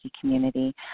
community